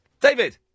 David